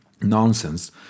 nonsense